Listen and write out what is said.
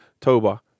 Toba